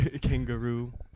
Kangaroo